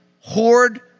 hoard